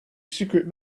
secret